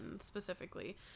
specifically